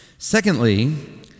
Secondly